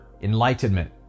enlightenment